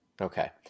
Okay